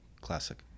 classic